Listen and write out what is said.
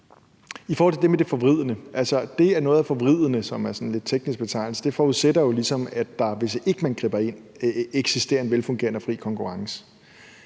forudsætter jo ligesom, at der, hvis man ikke griber ind, eksisterer en velfungerende og fri konkurrence.